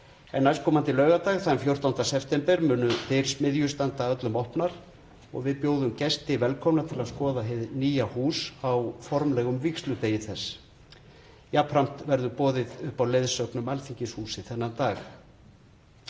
en næstkomandi laugardag, þann 14. september, munu dyr Smiðju standa öllum opnar og við bjóðum gesti velkomna til að skoða hið nýja hús á formlegum vígsludegi þess. Jafnframt verður boðið upp á leiðsögn um Alþingishúsið þennan dag.